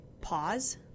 pause